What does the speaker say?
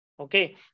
okay